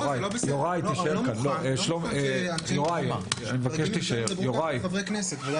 אני לא מוכן שאנשים ידברו ככה לחברי כנסת.